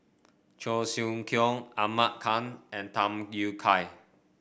Cheong Siew Keong Ahmad Khan and Tham Yui Kai